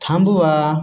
थांबवा